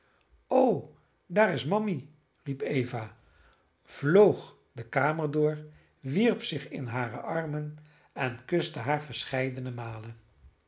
o daar is mammy riep eva vloog de kamer door wierp zich in hare armen en kuste haar verscheidene malen